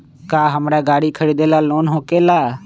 का हमरा गारी खरीदेला लोन होकेला?